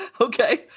Okay